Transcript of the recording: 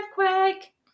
earthquake